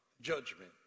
judgment